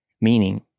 meaning